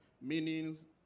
meanings